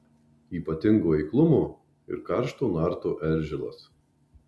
ypatingo eiklumo ir karšto narto eržilas